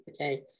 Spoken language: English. okay